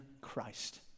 Christ